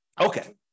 Okay